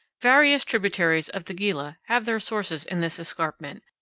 various tributaries of the gila have their sources in this escarpment,